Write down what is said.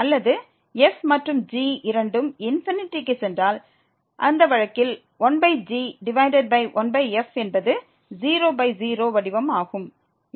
அல்லது f மற்றும் g இரண்டும் க்கு சென்றால் அந்த வழக்கில் 1g டிவைடட் பை 1f என்பது 00 வடிவம் ஆகும்